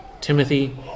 Timothy